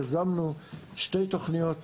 יזמנו שתי תכניות